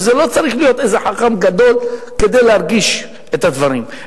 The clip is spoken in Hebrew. לא צריך להיות איזה חכם גדול כדי להרגיש את הדברים,